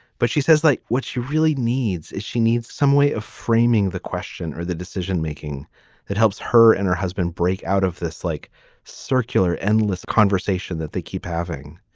but she says like what she really needs is she needs some way of framing the question or the decision making that helps her and her husband break out of this like circular endless conversation that they keep having.